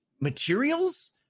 materials